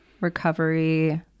recovery